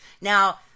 Now